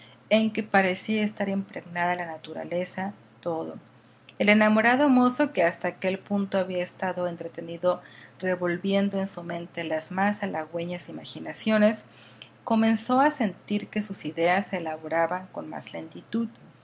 en que parecía estar impregnada la naturaleza todo el enamorado mozo que hasta aquel punto había estado entretenido revolviendo en su mente las más halagüeñas imaginaciones comenzó a sentir que sus ideas se elaboraban con más lentitud